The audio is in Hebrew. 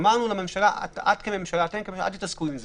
אמרנו לממשלה שלא יתעסקו עם זה.